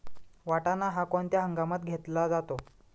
वाटाणा हा कोणत्या हंगामात घेतला जातो?